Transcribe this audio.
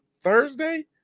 Thursday